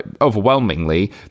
overwhelmingly